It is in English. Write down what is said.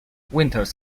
winters